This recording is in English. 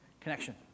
connection